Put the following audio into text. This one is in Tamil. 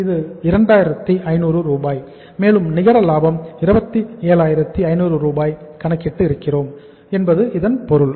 இது 2500 ரூபாய் மேலும் நிகர லாபம் 27500 ரூபாய் கணக்கிட்டு இருக்கிறோம் என்பது இதன் பொருள்